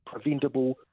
preventable